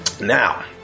Now